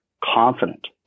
confident